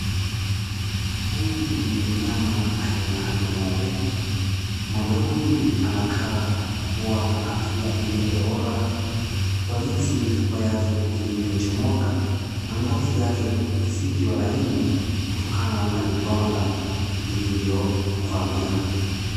Huyu ni mnyama aina ya ng'ombe. Ng'ombe huyu anakaa kuwa na afya iliyodorora kwa jinsi mifupa yake ilivyochomoka na ngozi yake isivyo laini kutokana na vidonda vilivyomvamia.